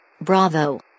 Bravo